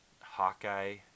Hawkeye